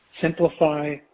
simplify